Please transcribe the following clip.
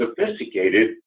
sophisticated